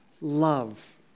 love